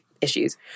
issues